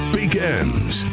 begins